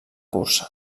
cursa